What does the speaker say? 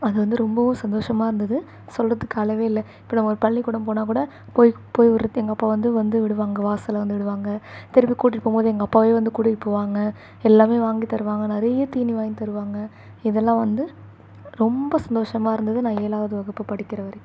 அது வந்து ரொம்பவும் சந்தோஷமாக இருந்தது சொல்கிறதுக்கு அளவே இல்லை இப்போ நம்ம ஒரு பள்ளிக்கூடம் போனாக்கூட போய் போய்விட்றது எங்கள் அப்பா வந்து வந்து விடுவாங்கள் வாசல்ல வந்து விடுவாங்கள் திருப்பி கூட்டிட்டு போகும்போது எங்கள் அப்பாவே வந்து கூட்டிட்டு போவாங்கள் எல்லாமே வாங்கித் தருவாங்கள் நிறைய தீனி வாங்கி தருவாங்கள் இதெல்லாம் வந்து ரொம்ப சந்தோஷமாக இருந்தது நான் ஏழாவது வகுப்பு படிக்கிற வரைக்கும்